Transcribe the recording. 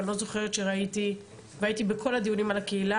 והייתי בכל הדיונים על הקהילה,